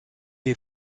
est